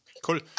Cool